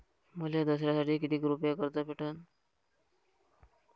मले दसऱ्यासाठी कितीक रुपये कर्ज भेटन?